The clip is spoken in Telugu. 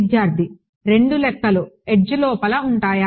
విద్యార్ధి రెండు లెక్కలు ఎడ్జ్ లోపల ఉంటాయా